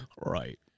Right